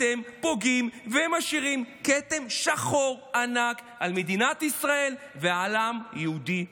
אתם פוגעים ומשאירים כתם שחור ענק על מדינת ישראל ועל העם היהודי כולו.